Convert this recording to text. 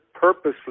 purposely